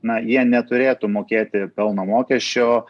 na jie neturėtų mokėti pelno mokesčio